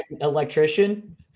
Electrician